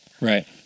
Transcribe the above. Right